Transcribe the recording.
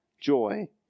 joy